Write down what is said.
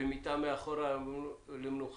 ומיטה מאחורה למנוחה